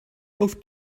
auf